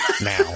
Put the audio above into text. now